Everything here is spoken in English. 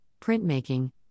printmaking